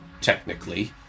technically